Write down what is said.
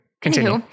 Continue